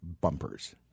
bumpers